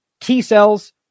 T-cells